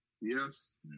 Yes